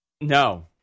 no